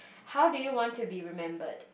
how do you want to be remembered